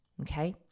Okay